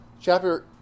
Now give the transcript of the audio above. Chapter